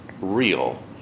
real